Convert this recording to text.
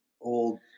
Old